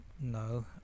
no